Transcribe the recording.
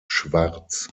schwarz